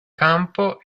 campo